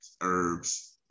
herbs